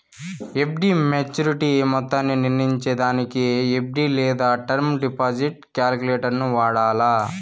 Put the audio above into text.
FD maturity మొత్తాన్ని నిర్నయించేదానికి FD లేదా టర్మ్ డిపాజిట్ కాలిక్యులేటరును వాడాల